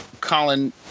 colin